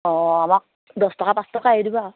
অঁ আমাক দহ টকা পাঁচ টকা এৰি দিব আ